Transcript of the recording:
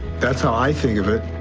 that's how i think of it,